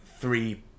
three